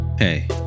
Hey